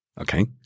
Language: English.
Okay